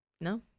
no